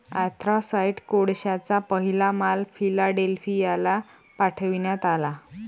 anthracite कोळशाचा पहिला माल फिलाडेल्फियाला पाठविण्यात आला